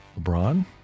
LeBron